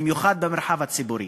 במיוחד במרחב הציבורי.